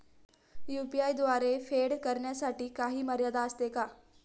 UPI द्वारे फेड करण्यासाठी काही मर्यादा असते का?